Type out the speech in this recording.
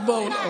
אחת בעולם,